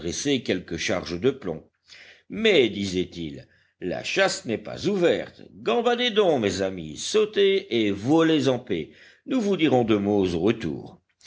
quelques charges de plomb mais disait-il la chasse n'est pas ouverte gambadez donc mes amis sautez et volez en paix nous vous dirons deux mots au retour